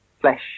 Flesh